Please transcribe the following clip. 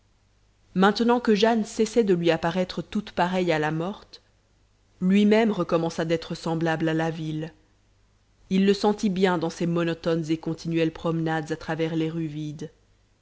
maintenant que jane cessait de lui apparaître toute pareille à la morte lui-même recommença d'être semblable à la ville il le sentit bien dans ses monotones et continuelles promenades à travers les rues vides